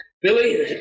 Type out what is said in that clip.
Billy